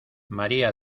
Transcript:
maria